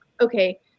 okay